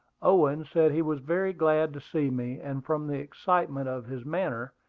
owen said he was very glad to see me and from the excitement of his manner,